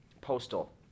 postal